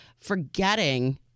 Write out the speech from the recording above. forgetting